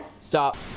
stop